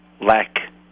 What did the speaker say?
lack